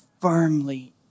firmly